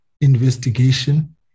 investigation